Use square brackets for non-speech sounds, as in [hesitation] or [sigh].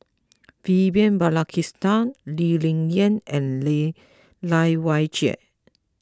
Vivian Balakrishnan Lee Ling Yen and [hesitation] Lai Weijie